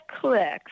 clicks